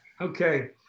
Okay